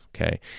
Okay